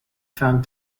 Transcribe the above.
found